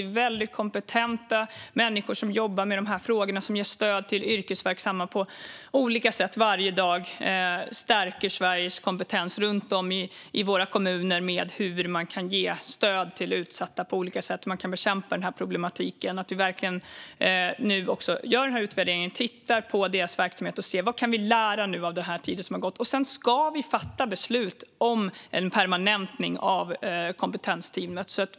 Det är väldigt kompetenta människor som jobbar med de här frågorna och som ger stöd till yrkesverksamma och på olika sätt varje dag stärker Sveriges kompetens runt om i våra kommuner när det gäller hur man kan ge stöd till utsatta och hur man kan bekämpa den här problematiken. Det är viktigt att vi verkligen gör den här utvärderingen, tittar på verksamheten och ser vad vi kan lära av den tid som har gått. Sedan ska vi fatta beslut om en permanentning av kompetensteamet.